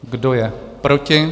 Kdo je proti?